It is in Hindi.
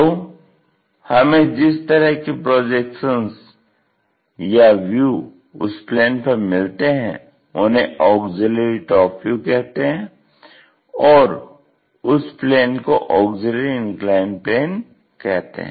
तो हमें जिस तरह के प्रोजेक्शन्स या व्यू उस प्लेन पर मिलते हैं उन्हें ऑग्ज़िल्यरी टॉप व्यू कहते हैं और उस प्लेन को ऑग्ज़िल्यरी इन्क्लाइन्ड प्लेन कहते हैं